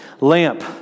lamp